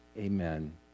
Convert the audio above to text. Amen